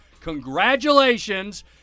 Congratulations